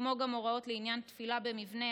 כמו גם הוראות לעניין תפילה במבנה,